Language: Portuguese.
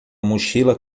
mochila